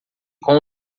com